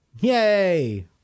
Yay